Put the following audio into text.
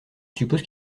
suppose